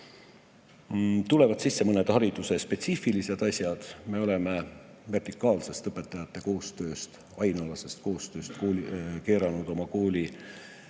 Tulevad sisse ka mõned hariduse spetsiifilised teemad. Me oleme vertikaalsest õpetajate koostööst, ainealasest koostööst, keeranud oma kooli